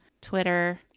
Twitter